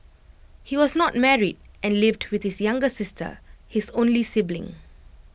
he was not married and lived with his younger sister his only sibling